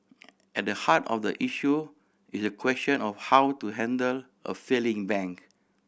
at the heart of the issue is the question of how to handle a failing bank